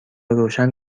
روشن